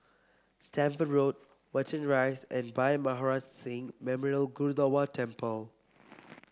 Stamford Road Watten Rise and Bhai Maharaj Singh Memorial Gurdwara Temple